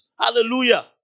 Hallelujah